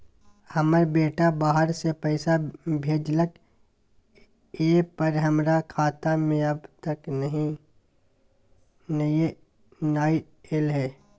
हमर बेटा बाहर से पैसा भेजलक एय पर हमरा खाता में अब तक किये नाय ऐल है?